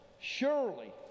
surely